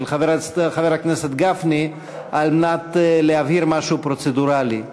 של חבר הכנסת גפני כדי להבהיר משהו פרוצדורלי.